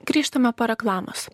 grįžtame po reklamos